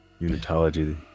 Unitology